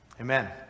Amen